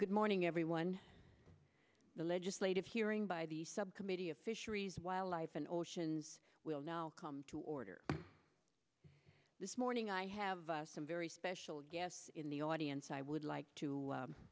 good morning everyone the legislative hearing by the subcommittee of fisheries wildlife and oceans will now come to order this morning i have some very special guests in the audience i would like to